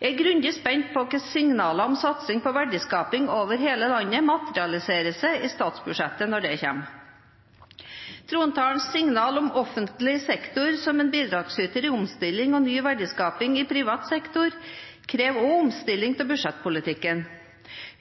Jeg er veldig spent på hvordan signalene om satsing på verdiskaping over hele landet materialiserer seg i statsbudsjettet når det kommer. Trontalens signaler om offentlig sektor som en bidragsyter i omstilling og ny verdiskaping i privat sektor krever også omstilling av budsjettpolitikken.